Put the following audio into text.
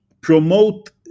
promote